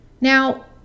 Now